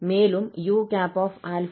மேலும் u∝ 0f ஆகும்